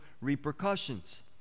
repercussions